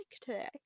today